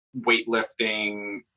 weightlifting